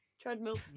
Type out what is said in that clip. Treadmill